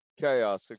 Chaos